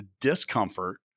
discomfort